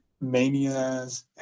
manias